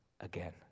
again